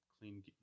clean